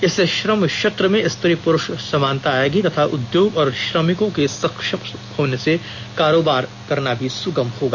इससे श्रम क्षेत्र में स्त्री पुरुष समानता आएगी तथा उद्योग और श्रमिकों के सक्षम होने से कारोबार करना भी सुगम होगा